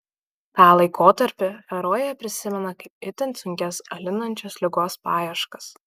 tą laikotarpį herojė prisimena kaip itin sunkias alinančios ligos paieškas